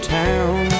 town